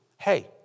hey